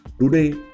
Today